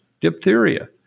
diphtheria